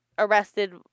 Arrested